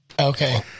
Okay